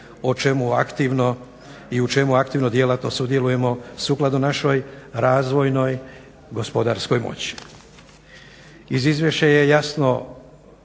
poredak i u čemu aktivno djelatno sudjelujemo sukladno našoj razvojnoj gospodarskoj moći.